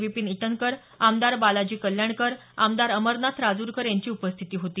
विपिन ईटनकर आमदार बालाजी कल्याणकर आमदार अमरनाथ राजूरकर यांची उपस्थिती होती